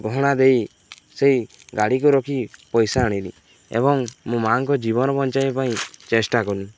ଗହଣା ଦେଇ ସେଇ ଗାଡ଼ିକୁ ରଖି ପଇସା ଆଣିଲି ଏବଂ ମୋ ମାଆଙ୍କ ଜୀବନ ବଞ୍ଚାଇବା ପାଇଁ ଚେଷ୍ଟା କଲି